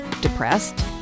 Depressed